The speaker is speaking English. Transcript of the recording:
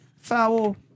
foul